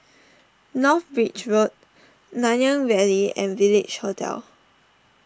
North Bridge Road Nanyang Valley and Village Hotel